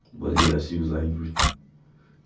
but yes, she was angry.